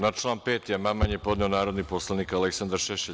Na član 5. amandman je podneo narodni poslanik Aleksandar Šešelj.